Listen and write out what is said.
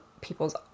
people's